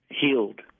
healed